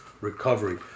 recovery